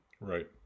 right